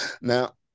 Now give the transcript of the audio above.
Now